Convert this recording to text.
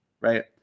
Right